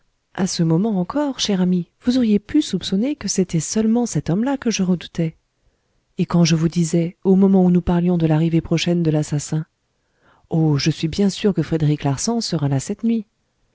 à ce moment encore cher ami vous auriez pu soupçonner que c'était seulement cet homme-là que je redoutais et quand je vous disais au moment où nous parlions de l'arrivée prochaine de l'assassin oh je suis bien sûr que frédéric larsan sera là cette nuit